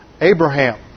Abraham